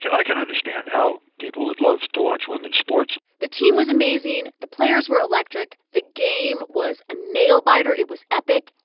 i can understand how people would love to watch women's sports the team was amazing. the players were electric. the game was a nail-biter. it was epic.